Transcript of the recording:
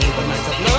love